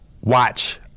watch